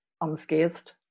unscathed